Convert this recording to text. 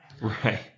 Right